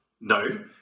No